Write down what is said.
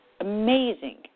amazing